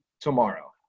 tomorrow